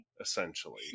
essentially